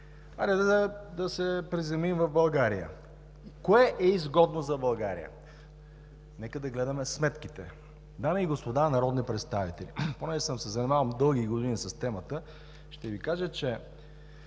Хайде да се приземим в България. Кое е изгодно за България? Нека да гледаме сметките. Дами и господа народни представители! Тъй като съм се занимавал дълги години с темата, ще Ви кажа, че